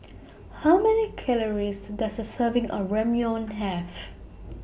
How Many Calories Does A Serving of Ramyeon Have